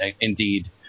indeed